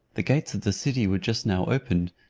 the gates of the city were just now opened,